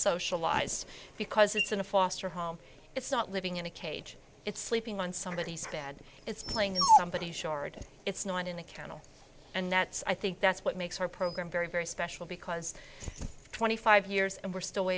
socialized because it's in a foster home it's not living in a cage it's sleeping on some of these bad it's playing in the shore and it's not in a kennel and that's i think that's what makes our program very very special because twenty five years and we're still